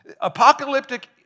Apocalyptic